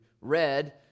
Red